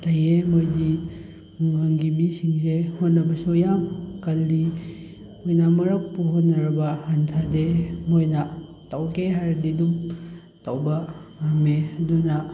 ꯂꯩ ꯃꯣꯏꯗꯤ ꯈꯨꯡꯒꯪꯒꯤ ꯃꯤꯁꯤꯡꯁꯦ ꯍꯣꯠꯅꯕꯁꯨ ꯌꯥꯝ ꯀꯜꯂꯤ ꯃꯣꯏꯅ ꯑꯃꯨꯔꯛꯄꯨ ꯍꯧꯠꯟꯔꯕ ꯍꯟꯊꯗꯦ ꯃꯣꯏꯅ ꯇꯧꯒꯦ ꯍꯥꯏꯔꯗꯤ ꯑꯗꯨꯝ ꯇꯧꯕ ꯉꯝꯃꯦ ꯑꯗꯨꯅ